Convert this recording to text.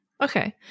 Okay